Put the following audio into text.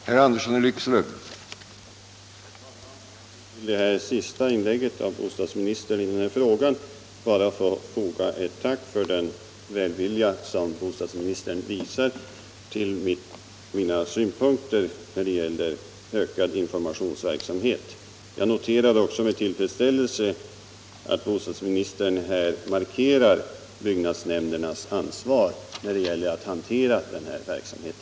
Herr talman! Jag vill till det senaste inlägget av bostadsministern bara foga ett tack för den välvilja som han visar mot mina synpunkter i fråga om behovet av ökad informationsverksamhet. Jag noterar också med tillfredsställelse att bostadsministern markerar byggnadsnämndernas ansvar när det gäller att hantera den här verksamheten.